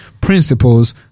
principles